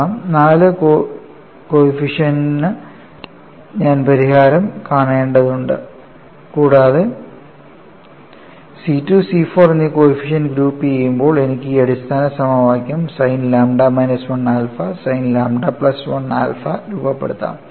കാരണം നാല് കോയിഫിഷൻഡ്നു ഞാൻ പരിഹാരം കാണേണ്ടതുണ്ട് കൂടാതെ C2 C4 എന്നീ കോയിഫിഷൻഡ് ഗ്രൂപ്പുചെയ്യുമ്പോൾ എനിക്ക് ഈ അടിസ്ഥാന സമവാക്യം sine lambda minus 1 alpha sine lambda plus 1 alpha രൂപപ്പെടുത്താം